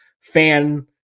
fan